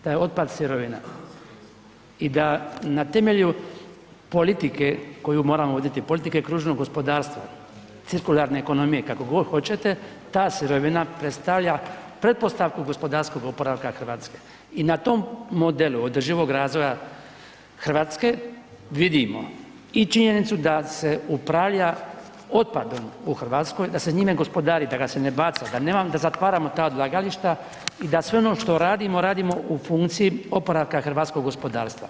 Da je otpad sirovina i da na temelju politike koju moramo voditi, politike kružnog gospodarstva, cirkularne ekonomije, kako god hoćete, ta sirovina predstavlja pretpostavku gospodarskog oporavka Hrvatske i na tom modelu održivog razvoja Hrvatske vidimo i činjenicu da se upravlja otpadom u Hrvatskoj, da se njime gospodari, da ga se ne baca, da ne zatvaramo ta odlagališta i da sve ono što radimo, radimo u funkciji oporavka hrvatskog gospodarstva.